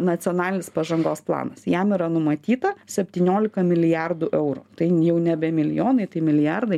nacionalinis pažangos planas jam yra numatyta septyniolika milijardų eurų tai jau nebe milijonai tai milijardai